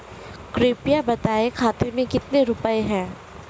कृपया बताएं खाते में कितने रुपए हैं?